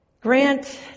Grant